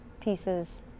pieces